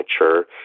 mature